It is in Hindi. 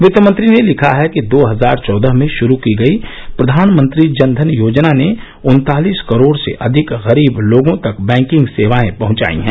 वित्तमंत्री ने लिखा है कि दो हजार चौदह में शुरू की गई प्रधानमंत्री जन धन योजना ने उन्तालीस करोड़ से अधिक गरीब लोगों तक बैंकिंग सेवाएं पहंचाई है